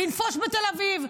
לנפוש בתל אביב.